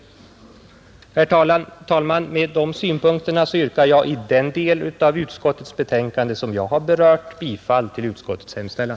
Herr talman! Med dessa synpunkter yrkar jag i den del av utskottets betänkande som jag har berört bifall till utskottets hemställan.